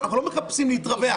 אנחנו לא מחפשים להתרווח.